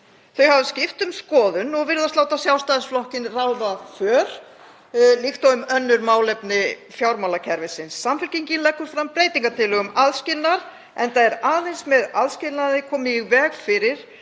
Þau hafa skipt um skoðun og virðast láta Sjálfstæðisflokkinn ráða för líkt og um önnur málefni fjármálakerfisins. Samfylkingin leggur fram breytingartillögu um aðskilnað, enda er aðeins með aðskilnaði komið í veg fyrir